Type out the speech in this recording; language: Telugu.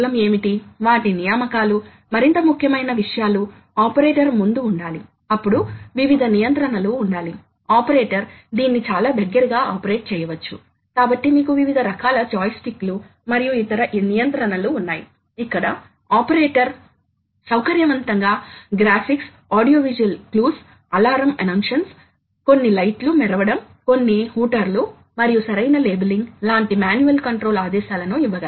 కానీ దాని కోసం సాధనం ఒక నిర్దిష్ట కొన్ని ఆఫ్సెట్ ల తో తరలించబడాలి కాబట్టి ఈ ఆఫ్సెట్ లు ఎల్లప్పుడూ ఉండాలి ఎందుకంటే సాధనం క్షీణిస్తుంది కాబట్టి ఈ రెండు ఆఫ్సెట్ లను క్రమం తప్పకుండా కొలవాలి మరియు తరువాత సరైన పరిహారం ఇవ్వాలి